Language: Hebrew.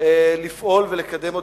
לפעול ולקדם אותו.